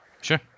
Sure